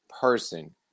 person